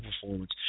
performance